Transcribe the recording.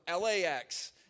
LAX